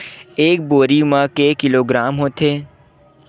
एक बोरी म के किलोग्राम होथे?